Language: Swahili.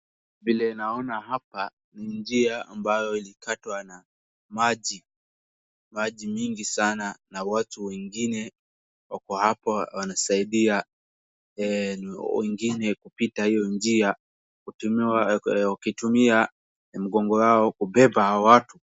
Vile naona hapa ni njia ambayo ilikatwa na maji, maji mingi sana na watu wengine wako hapa wanasaidia wengine kupita hiyo njia wakitumia mgongo yao kubeba hao watu.